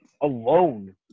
alone